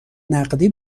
نقدی